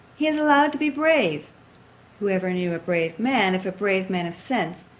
he is allowed to be brave who ever knew a brave man, if a brave man of sense,